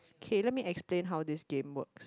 okay let me explain how this game works